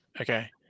Okay